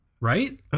Right